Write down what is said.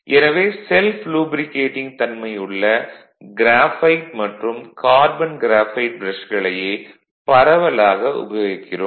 எனவே self lubricating தன்மையுள்ள graphite மற்றும் கார்பன் க்ராஃபைட் ப்ரஷ்களையே பரவலாக உபயோகிக்கிறோம்